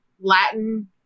Latin